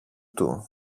του